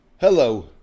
Hello